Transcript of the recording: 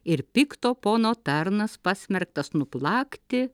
ir pikto pono tarnas pasmerktas nuplakti